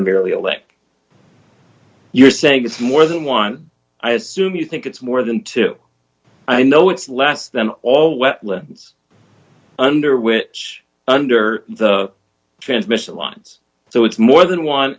merely aleck you're saying it's more than one i assume you think it's more than two i know it's less them all wetlands under which under the transmission lines so it's more than one